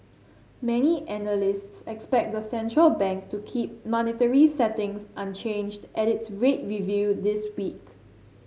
many analysts expect the central bank to keep monetary settings unchanged at its rate review this week